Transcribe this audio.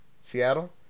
Seattle